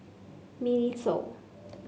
Miniso